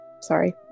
Sorry